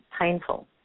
painful